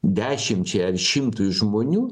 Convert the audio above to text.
dešimčiai ar šimtui žmonių